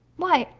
why,